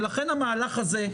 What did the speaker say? ולכן, המהלך הזה.